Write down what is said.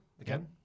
again